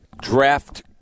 draft